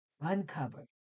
uncover